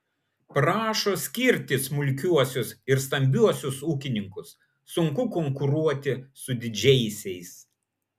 prašo skirti smulkiuosius ir stambiuosius ūkininkus sunku konkuruoti su didžiaisiais